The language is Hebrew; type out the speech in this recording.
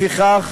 לפיכך